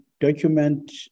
document